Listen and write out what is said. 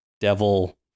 devil